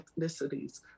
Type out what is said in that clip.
ethnicities